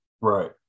Right